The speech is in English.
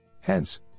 Hence